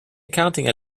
accounting